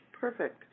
Perfect